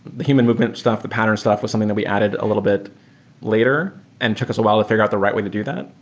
the human movement stuff, the pattern stuff was something that we added a little bit later and took us a while to figure out the right way to do that.